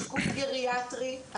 כי כולנו מכירים את הנתונים.